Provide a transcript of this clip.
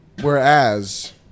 whereas